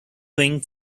ring